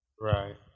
Right